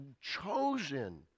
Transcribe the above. chosen